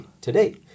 Today